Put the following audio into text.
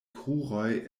kruroj